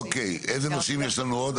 אוקיי, איזה נושאים יש לנו עוד?